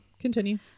continue